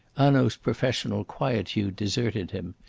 hanaud's professional quietude deserted him.